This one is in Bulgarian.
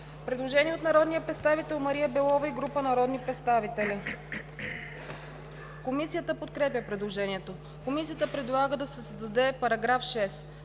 Предложение от народния представител Станислава Стоянова и група народни представители. Комисията подкрепя предложението. Комисията предлага да се създаде § 4: „§ 4.